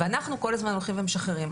ואנחנו כל הזמן הולכים ומשחררים.